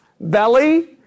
belly